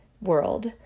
world